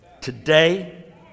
today